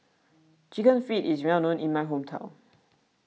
Chicken Feet is well known in my hometown